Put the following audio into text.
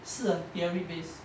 是很 theory based